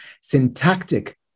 syntactic